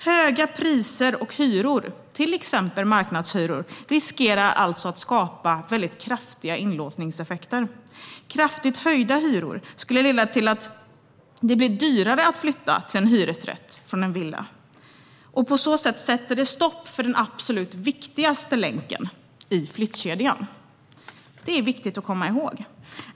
Höga priser och hyror, till exempel marknadshyror, riskerar alltså att skapa väldigt kraftiga inlåsningseffekter. Kraftigt höjda hyror skulle leda till att det blir dyrare att flytta från en villa till en hyresrätt. På så sätt blir det ett stopp för den absolut viktigaste länken i flyttkedjan. Detta är viktigt att komma ihåg.